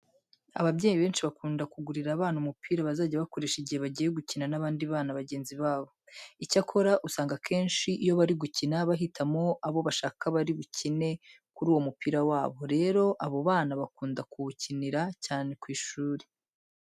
Ababyeyi benshi bakunda kugurira abana umupira bazajya bakoresha igihe bagiye gukina n'abandi bana bagenzi babo. Icyakora usanga akenshi iyo bari gukina bahitamo abo bashaka bari bukine kuri uwo mupira wabo. Rero abo bana bakunda kuwukinira cyane ku ishuri.